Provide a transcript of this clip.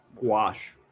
wash